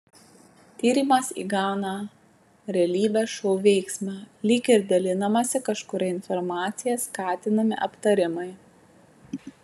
tyrimas įgauną realybės šou veiksmą lyg ir dalinamasi kažkuria informacija skatinami aptarimai